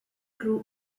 grew